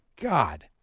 God